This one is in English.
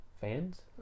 Fans